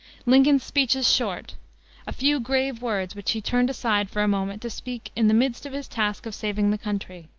lincoln's speech is short a few grave words which he turned aside for a moment to speak in the midst of his task of saving the country.